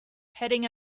heading